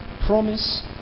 promise